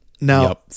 Now